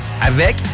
avec